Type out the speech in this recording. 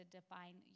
define